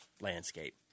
landscape